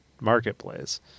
marketplace